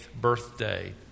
birthday